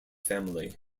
family